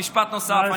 משפט נוסף.